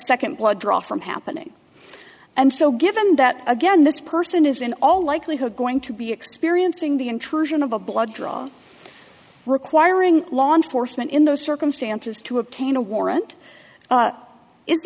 second blood draw from happening and so given that again this person is in all likelihood going to be experiencing the intrusion of a blood draw requiring law enforcement in those circumstances to obtain a warrant